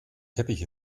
teppich